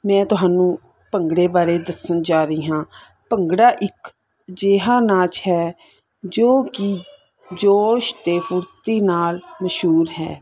ਮੈਂ ਤੁਹਾਨੂੰ ਭੰਗੜੇ ਬਾਰੇ ਦੱਸਣ ਜਾ ਰਹੀ ਹਾਂ ਭੰਗੜਾ ਇੱਕ ਅਜਿਹਾ ਨਾਚ ਹੈ ਜੋ ਕਿ ਜੋਸ਼ ਅਤੇ ਫੁਰਤੀ ਨਾਲ ਮਸ਼ਹੂਰ ਹੈ